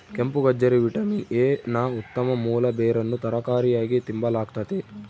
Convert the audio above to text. ಕೆಂಪುಗಜ್ಜರಿ vitamin A ನ ಉತ್ತಮ ಮೂಲ ಬೇರನ್ನು ತರಕಾರಿಯಾಗಿ ತಿಂಬಲಾಗ್ತತೆ